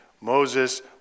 Moses